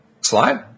Slide